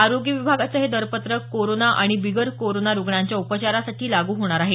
आरोग्य विभागाचे हे दरपत्रक कोरोना आणि बिगर कोरोना रुग्णांच्या उपचारासाठी लागू होणार आहे